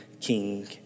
king